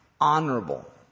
honorable